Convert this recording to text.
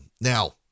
Now